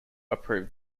approved